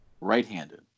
Right-handed